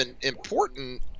important